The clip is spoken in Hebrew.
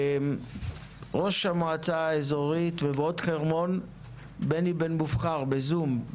ראש המועצה האזורית מבואות חרמון בני בן-מובחר בזום,